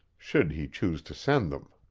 should he choose to send them.